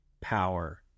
power